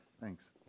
Thanks